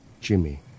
Jimmy